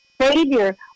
Savior